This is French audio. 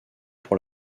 pour